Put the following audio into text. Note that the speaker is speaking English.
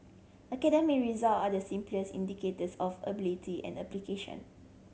academic result are the simplest indicators of ability and application